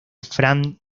frank